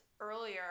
earlier